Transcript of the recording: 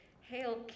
Hail